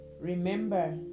Remember